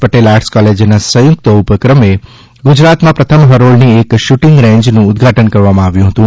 Patel arts કોલેજના સંયુક્ત ઉપક્રમે ગુજરાતમાં પ્રથમ હરોળની એક શુટીંગ રેંજનુ ઉધાટન કરવામાં આવ્યું હતું